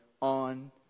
on